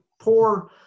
Poor